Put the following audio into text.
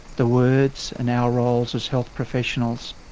the words and our roles as health professionals,